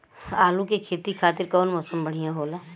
आलू के खेती खातिर कउन मौसम बढ़ियां होला?